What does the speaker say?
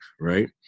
right